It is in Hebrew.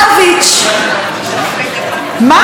מה קרה?